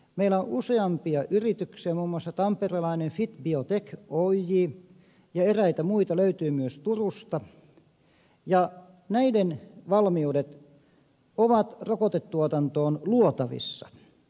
meillä on useampia yrityksiä muun muassa tamperelainen fit biotech oyj ja eräitä muita löytyy myös turusta ja näiden valmiudet ovat rokotetuotantoon luotavissa